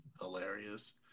hilarious